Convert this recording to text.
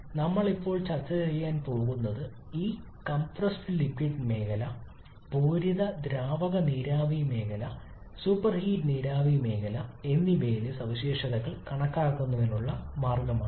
അതിനാൽ നമ്മൾ ഇപ്പോൾ ചർച്ചചെയ്യാൻ പോകുന്നത് ഈ കംപ്രസ്ഡ് ലിക്വിഡ് മേഖല പൂരിത ദ്രാവക നീരാവി മേഖല സൂപ്പർഹീഡ് നീരാവി മേഖല എന്നിവയിലെ സവിശേഷതകൾ കണക്കാക്കുന്നതിനുള്ള മാർഗമാണ്